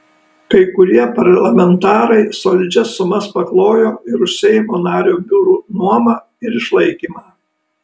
kai kurie parlamentarai solidžias sumas paklojo ir už seimo nario biurų nuomą ir išlaikymą